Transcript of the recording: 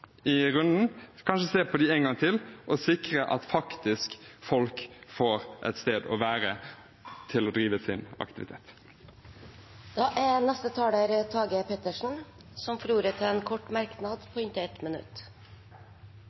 i runden. Kanskje de kan se på dem en gang til og sikre at folk faktisk får et sted å være for å drive sin aktivitet. Representanten Tage Pettersen har hatt ordet to ganger tidligere og får ordet til en kort merknad, begrenset til 1 minutt.